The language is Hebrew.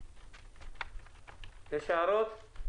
יש הערות?